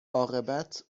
عاقبت